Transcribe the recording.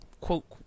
quote